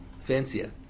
fancier